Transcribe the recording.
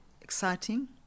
exciting